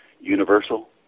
universal